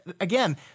again